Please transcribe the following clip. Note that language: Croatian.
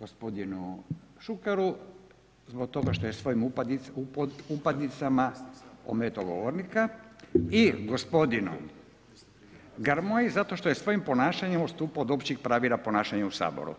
gospodinu Šukeru zbog toga što je svojim upadicama ometao govornika i gospodinu Grmoji zato što je svojim ponašanjem odstupao od općih pravila ponašanja u Saboru.